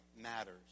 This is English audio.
matters